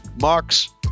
Marks